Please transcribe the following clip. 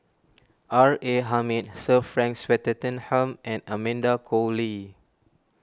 R A Hamid Sir Frank Swettenham and Amanda Koe Lee